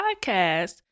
podcast